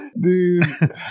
Dude